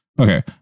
Okay